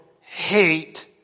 hate